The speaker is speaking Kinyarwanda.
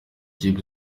kipe